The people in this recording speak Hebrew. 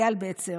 אייל בצר,